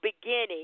beginning